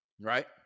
Right